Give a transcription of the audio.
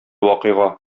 вакыйга